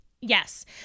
yes